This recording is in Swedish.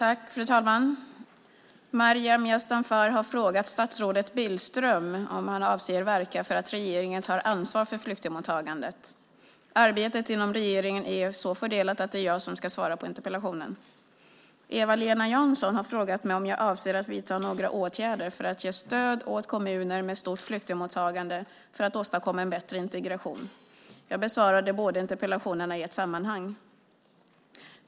Fru talman! Maryam Yazdanfar har frågat statsrådet Billström om han avser att verka för att regeringen tar ansvar för flyktingmottagandet. Arbetet inom regeringen är så fördelat att det är jag som ska svara på interpellationen. Eva-Lena Jansson har frågat mig om jag avser att vidta några åtgärder för att ge stöd åt kommuner med stort flyktingmottagande för att åstadkomma en bättre integration. Jag besvarar de båda interpellationerna i ett sammanhang.